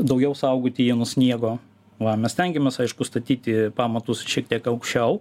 daugiau saugoti jį nuo sniego va mes stengiamės aišku statyti pamatus šiek tiek aukščiau